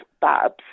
Babs